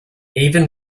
even